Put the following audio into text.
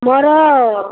ମୋର